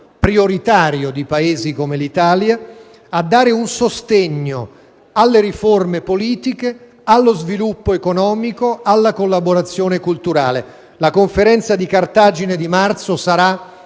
prioritario di Paesi come l'Italia, a dare un contributo alle riforme politiche, allo sviluppo economico e alla collaborazione culturale. La Conferenza di Cartagine di marzo sarà